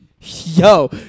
yo